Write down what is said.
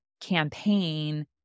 campaign